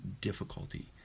difficulty